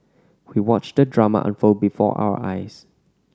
we watched the drama unfold before our eyes